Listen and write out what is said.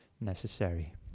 necessary